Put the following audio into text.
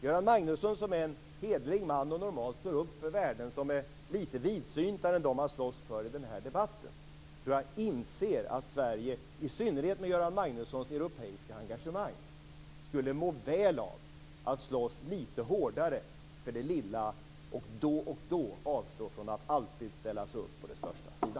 Göran Magnusson är en hederlig man som normalt står upp för värden som är lite vidsyntare än de han slåss för i den här debatten. Göran Magnusson skulle må väl av - särskilt med hans europeiska engagemang - att slåss lite hårdare för det lilla och då och då avstå från att alltid ställa sig på de störstas sida.